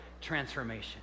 Transformation